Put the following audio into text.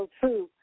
true